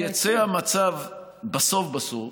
יצא המצב שבסוף בסוף,